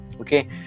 Okay